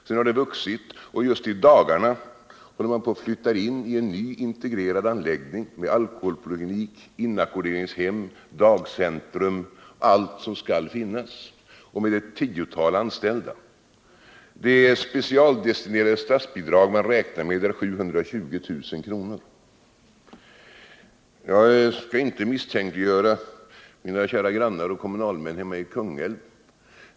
Sedan har verksamheten vuxit, och just i dag håller man på att flytta in i en ny integrerad anläggning med alkoholpoliklinik, inackorderingshem, dagcentrum och allt som skall finnas samt med ett tiotal anställda. Det specialdestinerade statsbidrag som man räknar med uppgår till 720 000 kr. Jag skall inte misstänkliggöra mina kära grannar och kommunalmän hemma i Kungälv.